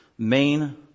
Main